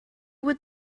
would